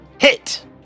Hit